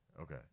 okay